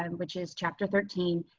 um which is chapter thirteen,